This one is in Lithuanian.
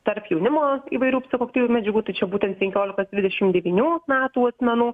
tarp jaunimo įvairių psichoaktyvių medžiagų tai čia būtent penkiolikos dvidešim devynių metų asmenų